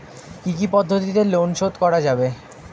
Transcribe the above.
কি কি পদ্ধতিতে লোন শোধ করা যাবে?